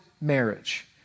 marriage